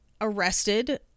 arrested